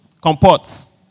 comports